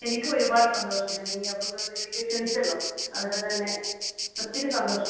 എനിക്ക് ഒരുപാട് സന്തോഷം എന്നെ ഈ അഭിമുഖത്തിലേക്ക് ക്ഷണിച്ചല്ലോ അതിന് തന്നെ ഒത്തിരി സന്തോഷം